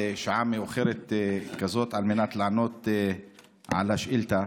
שעה מאוחרת כזאת על מנת לענות על השאילתה.